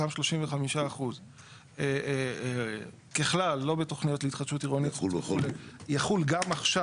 אותם 35% ככלל לא בתוכניות להתחדשות עירונית יחול גם עכשיו,